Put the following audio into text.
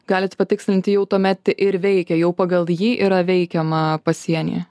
galit patikslinti jau tuomet ir veikia jau pagal jį yra veikiama pasienyje